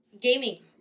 gaming